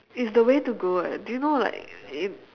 it's the way to go eh do you know like if